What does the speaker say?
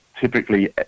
typically